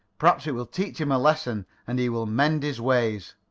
perhaps it will teach him a lesson, and he will mend his ways.